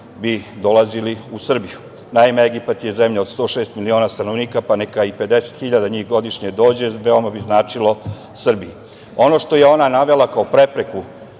bi dolazili u Srbiju. Naime, Egipat je zemlja od 106 miliona stanovnika, pa neka i 50 hiljada njih godišnje dođe veoma bi značilo Srbiji. Ono što je ona navela kao prepreku